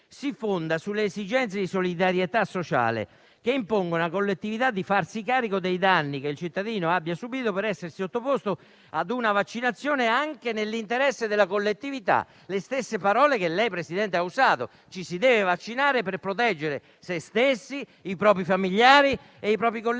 si fonda sulle esigenze di solidarietà sociale che impongono a una collettività di farsi carico dei danni che il cittadino abbia subito per essersi sottoposto ad una vaccinazione, anche nell'interesse della collettività. Sono le stesse parole che anche lei, signor Presidente, ha usato: ci si deve vaccinare per proteggere se stessi, i propri familiari e i propri colleghi